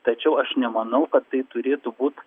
tačiau aš nemanau kad tai turėtų būt